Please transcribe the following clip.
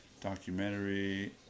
documentary